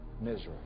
misery